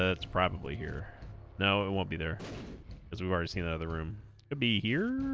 ah it's probably here no it won't be there as we've already seen another room be here